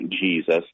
Jesus